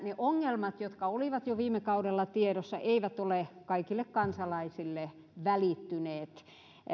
ne ongelmat jotka olivat jo viime kaudella tiedossa eivät ole kaikille kansalaisille välittyneet